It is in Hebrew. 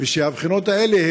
ושהבחינות האלה,